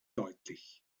deutlich